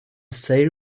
sale